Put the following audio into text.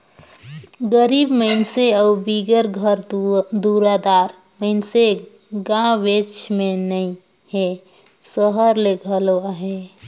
गरीब मइनसे अउ बिगर घर दुरा दार मइनसे गाँवेच में नी हें, सहर में घलो अहें